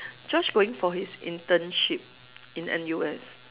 Josh going for his internship in N_U_S